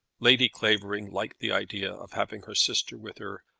lady clavering liked the idea of having her sister with her,